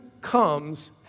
comes